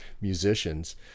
musicians